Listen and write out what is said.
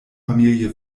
familie